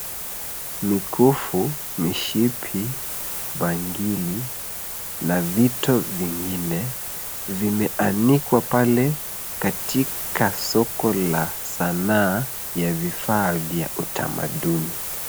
Mikifu, mishipi, bangili na vitu vingine vimeanikwa pale katika soko la sanaa ya vifaa vya utamaduni.